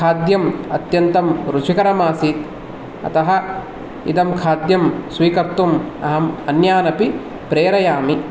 खाद्यम् अत्यन्तं रुचिकरमासीत् अतः इदं खाद्यं स्वीकर्तुम् अहमन्यानपि प्रेरयामि